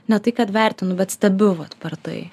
ne tai kad vertinu bet stebiu vat per tai